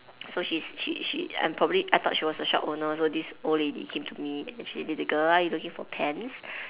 so she's she she I'm probably I thought she was the shop owner so this old lady came to me and she little girl are you looking or pens